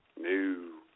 new